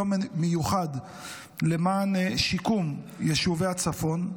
יום מיוחד למען שיקום יישובי הצפון.